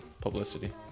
publicity